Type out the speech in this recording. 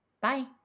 bye